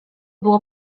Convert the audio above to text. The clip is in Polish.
było